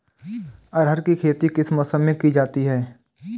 अरहर की खेती किस मौसम में की जाती है?